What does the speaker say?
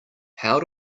how